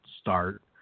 start